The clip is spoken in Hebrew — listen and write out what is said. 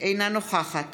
אינה נוכחת